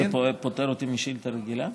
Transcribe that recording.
אגב, זה פוטר אותי משאילתה רגילה?